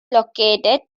located